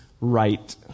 right